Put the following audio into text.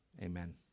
Amen